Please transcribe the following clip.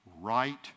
Right